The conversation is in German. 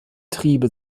triebe